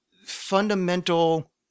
Fundamental